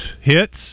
hits